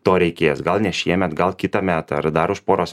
to reikės gal ne šiemet gal kitą metą ar dar už poros